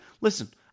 Listen